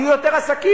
כי יהיו יותר עסקים,